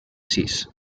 sis